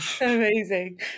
Amazing